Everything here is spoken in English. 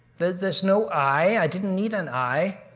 there's no i, i didn't need an i.